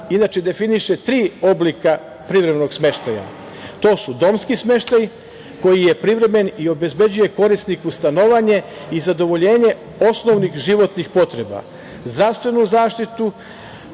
inače, definiše tri oblika privremenog smeštaja. Prvi je domski smeštaj koji je privremen i obezbeđuje korisniku stanovanje i zadovoljenje osnovnih životnih potreba, zdravstvenu zaštitu,